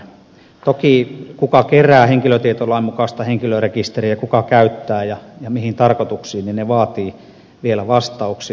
toki se kuka kerää henkilötietolain mukaista henkilörekisteriä ja kuka käyttää ja mihin tarkoituksiin vaatii vielä vastauksia